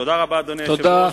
תודה רבה, אדוני היושב-ראש.